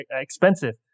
expensive